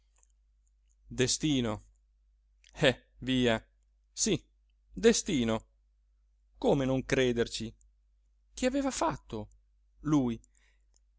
destino eh via sí destino come non crederci che aveva fatto lui